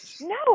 No